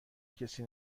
کسی